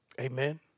Amen